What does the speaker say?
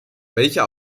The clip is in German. welcher